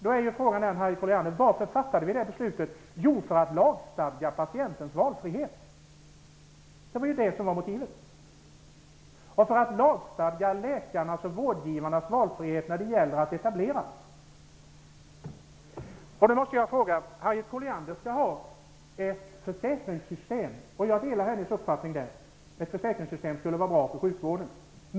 Då är frågan, Harriet Colliander: Varför fattade vi det beslutet? Jo, för att lagfästa patientens valfrihet. Det var motivet. Och för att lagfästa läkarnas och vårdgivarnas valfrihet när det gäller etablering. Harriet Colliander vill ha ett försäkringssystem. På den punkten delar jag hennes uppfattning -- ett försäkringssystem skulle vara bra för sjukvården.